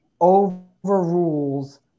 overrules